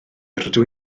rydw